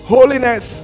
Holiness